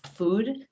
food